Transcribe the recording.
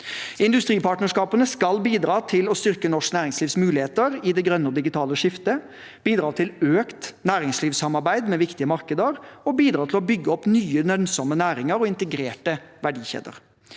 Industripartnerskapene skal bidra til å styrke norsk næringslivs muligheter i det grønne og digitale skiftet, bidra til økt næringslivssamarbeid med viktige markeder og bidra til å bygge opp nye, lønnsomme næringer og integrerte verdikjeder.